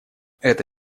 эта